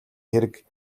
хэрэг